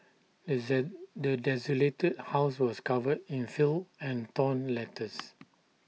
the the desolated house was covered in filth and torn letters